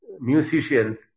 musicians